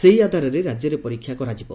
ସେହି ଆଧାରରେ ରାକ୍ୟରେ ପରୀକ୍ଷା କରାଯିବ